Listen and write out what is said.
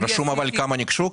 רשום כמה ניגשו?